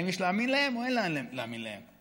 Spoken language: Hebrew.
האם יש להאמין להם או אין להאמין להם?